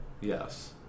Yes